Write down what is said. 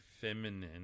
feminine